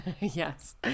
Yes